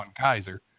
Kaiser